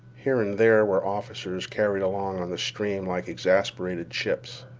here and there were officers carried along on the stream like exasperated chips.